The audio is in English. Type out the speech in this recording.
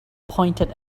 pointed